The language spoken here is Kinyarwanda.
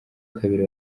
kabiri